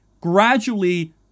gradually